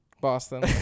Boston